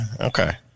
okay